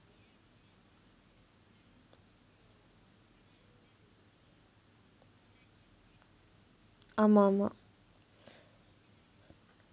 ஆமா ஆமா:aamaa aamaa